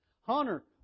Hunter